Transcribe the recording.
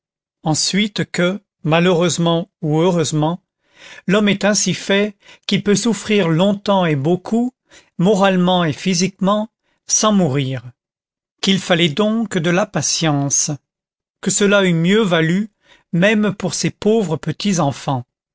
ensuite que malheureusement ou heureusement l'homme est ainsi fait qu'il peut souffrir longtemps et beaucoup moralement et physiquement sans mourir qu'il fallait donc de la patience que cela eût mieux valu même pour ces pauvres